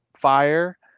fire